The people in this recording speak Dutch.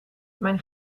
mijn